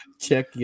Check